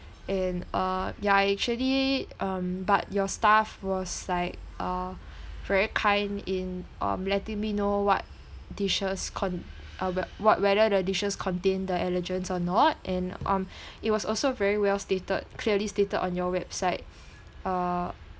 and uh yeah actually um but your staff was like uh very kind in um letting me know what dishes con~ uh what whether the dishes contain the allergens or not and um it was also very well stated clearly stated on your website uh